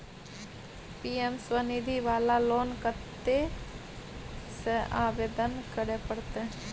PM Svanidhi वाला loan कत्ते से आवेदन करे परतै?